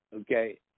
okay